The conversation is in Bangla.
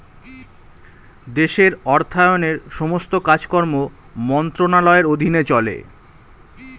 দেশের অর্থায়নের সমস্ত কাজকর্ম মন্ত্রণালয়ের অধীনে চলে